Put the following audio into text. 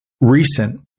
recent